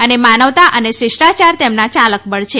અને માનવતા અને શિષ્ટાયાર તેમનાચાલક બળ છે